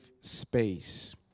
space